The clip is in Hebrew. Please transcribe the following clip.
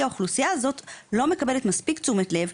האוכלוסייה הזאת לא מקבלת מספיק תשומת לב.